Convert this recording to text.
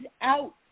out